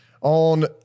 on